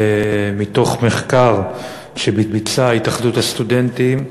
מתוך מחקר שביצעה התאחדות הסטודנטים,